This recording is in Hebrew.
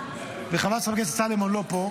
וחבל שחבר הכנסת סולומון לא פה,